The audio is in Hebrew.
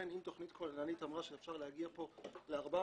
אם תכנית כוללנית אמרה שאפשר להגיע פה ל-400%,